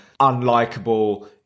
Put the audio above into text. unlikable